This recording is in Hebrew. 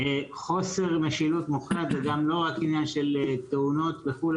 חוסר משילות מוחלט ולא רק עניין של תאונות וכו',